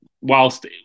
whilst